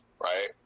right